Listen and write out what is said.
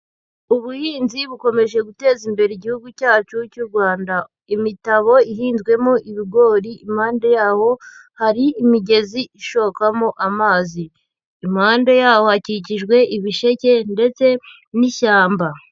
Ubuhinzi bukomeje guteza imbere igihugu cyacu cy'u Rwanda, imitabo ihinzwemo ibigori, impande yaho hari imigezi ishokamo amazi, impande yaho hakikijwe ibisheke ndetse n'ishyamba.